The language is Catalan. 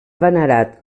venerat